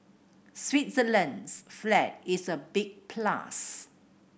Switzerland's flag is a big plus